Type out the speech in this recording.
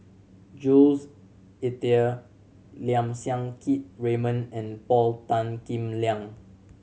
Jules Itier Lim Siang Keat Raymond and Paul Tan Kim Liang